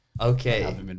Okay